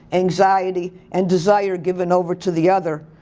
anxiety, and desire given over to the other.